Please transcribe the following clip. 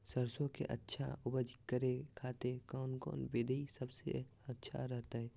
सरसों के अच्छा उपज करे खातिर कौन कौन विधि सबसे अच्छा रहतय?